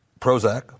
prozac